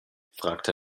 fragte